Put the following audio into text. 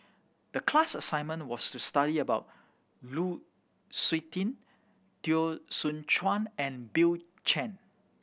the class assignment was to study about Lu Suitin Teo Soon Chuan and Bill Chen